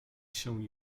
się